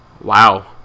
Wow